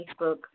Facebook